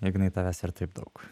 ignai tavęs ir taip daug